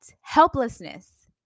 helplessness